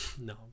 No